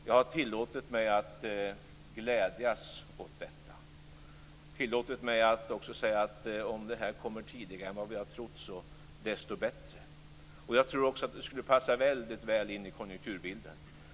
Jag har tillåtit mig att glädjas åt detta och dessutom att säga att om det kommer tidigare än vi har trott är det desto bättre. Jag tror också att det skulle passa väldigt väl in i konjunkturbilden.